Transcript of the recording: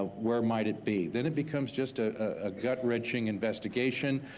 ah where might it be? then it becomes just a ah gut wrenching investigation.